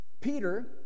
peter